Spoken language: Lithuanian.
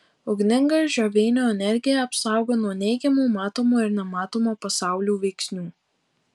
ugninga žioveinio energija apsaugo nuo neigiamų matomo ir nematomo pasaulių veiksnių